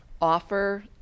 offer